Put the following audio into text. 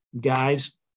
guys